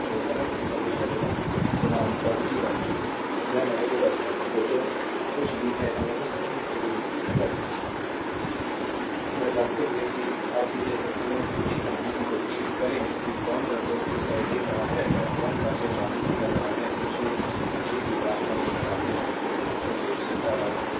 तो करंट में प्रवेश करेगा पॉजिटिव टर्मिनल या नेगेटिव टर्मिनल तो जो कुछ भी है अगर इस सर्किट के लिए अगर यह जानते हुए कि अब इसे संतुलन इक्वेशन बनाने की कोशिश करें कि कौन सा सोर्स देख रहा है और कौन सा सोर्स आपूर्ति कर रहा है तो शेष राशि भी प्राप्त कर सकता है